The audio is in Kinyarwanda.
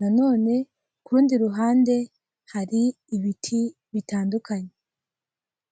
nanone kurundi ruhande hari ibiti bitandukanye.